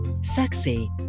Sexy